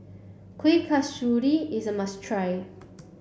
Kuih Kasturi is a must try